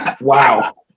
Wow